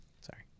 Sorry